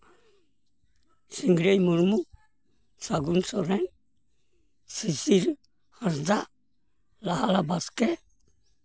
ᱥᱤᱝᱜᱽᱨᱟᱹᱭ ᱢᱩᱨᱢᱩ ᱥᱟᱹᱜᱩᱱ ᱥᱚᱨᱮᱱ ᱥᱤᱥᱤᱨ ᱦᱟᱸᱥᱫᱟ ᱨᱟᱦᱞᱟ ᱵᱟᱥᱠᱮ